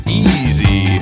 easy